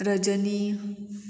Rajani